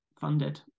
funded